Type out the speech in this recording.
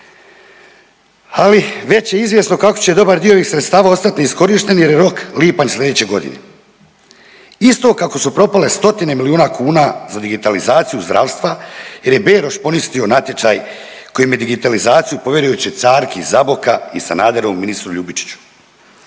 Ali, već je izvjesno kako će dobar dio ovih sredstava ostati neiskorišten jer je rok lipanj sljedeće godine. Isto kako su propale stotine milijuna kuna za digitalizaciju zdravstva jer je Beroš poništio natječaj kojim je digitalizaciju povjerio cvjećarki iz Zaboka i Sanaderovom ministru Ljubičiću.